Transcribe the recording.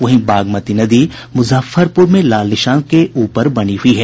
वहीं बागमती नदी मुजफ्फरपुर में लाल निशान से ऊपर बनी हुई है